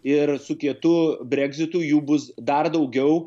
ir su kietu breksitu jų bus dar daugiau